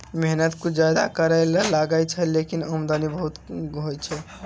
मेहनत कुछ ज्यादा करै ल लागै छै, लेकिन आमदनी बहुत होय छै